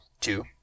two